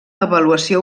avaluació